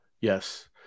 Yes